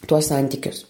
tuos santykius